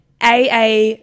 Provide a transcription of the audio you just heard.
AA